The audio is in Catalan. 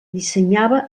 dissenyava